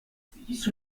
sous